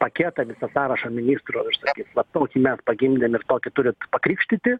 paketą visą sąrašą ministrų ir sakys vat tokį mes pagimdėm ir tokį turit pakrikštyti